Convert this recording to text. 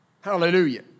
Hallelujah